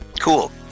Cool